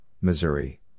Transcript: Missouri